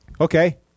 Okay